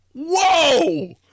Whoa